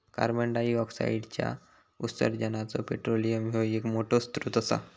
कार्बंडाईऑक्साईडच्या उत्सर्जानाचो पेट्रोलियम ह्यो एक मोठो स्त्रोत असा